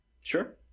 Sure